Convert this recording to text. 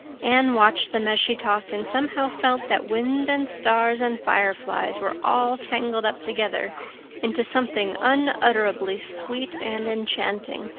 anne watched them as she talked and somehow felt that wind and stars and fireflies were all tangled up together into something unutterably sweet and enchanting.